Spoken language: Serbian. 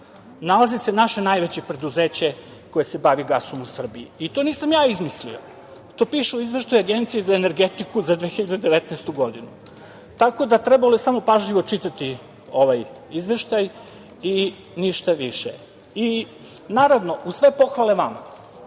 nalazi se naše najveće preduzeće koje se bavi gasom u Srbiji i to nisam ja izmislio, to piše u izveštaju Agencije za energetiku za 2019. godinu. Tako da, trebalo je samo pažljivo čitati ovaj izveštaj i ništa više. Naravno, uz sve pohvale vama,